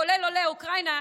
כולל עולי אוקראינה,